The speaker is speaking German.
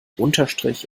unterstrich